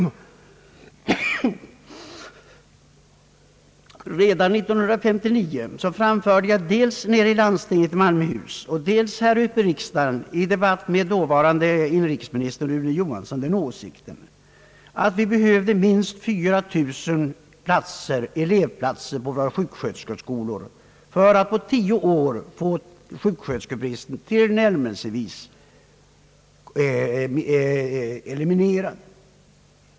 Redan 1959 framförde jag dels i Malmöhus läns landsting och dels här i riksdagen i debatt med inrikesminister Rune Johansson den åsikten att vi behövde minst 4 000 elevplatser på våra sjuksköterskeskolor för att på tio år få sjuksköterskebristen tillnärmelsevis eliminerad.